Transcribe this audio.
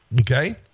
Okay